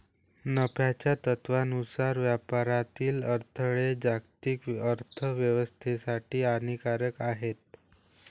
नफ्याच्या तत्त्वानुसार व्यापारातील अडथळे जागतिक अर्थ व्यवस्थेसाठी हानिकारक आहेत